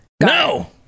No